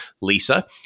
Lisa